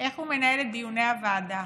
איך הוא מנהל את דיוני הוועדה.